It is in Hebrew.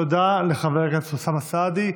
תודה לחבר הכנסת אוסאמה סעדי.